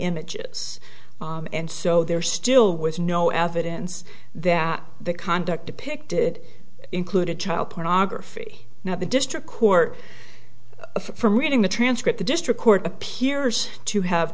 images and so there still was no evidence that the conduct depicted included child pornography now the district court from reading the transcript the district court appears to have